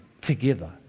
together